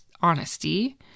honesty